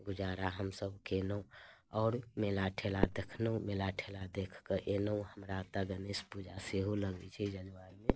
गुजारा हमसभ कयलहुँ आओर मेला ठेला देखलहुँ मेला ठेला देखि कऽ अयलहुँ हमरा एतय गणेश पूजा सेहो लगैत छै जजुआरमे